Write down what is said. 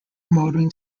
motoring